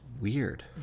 weird